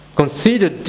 consider